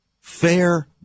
fair